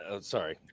sorry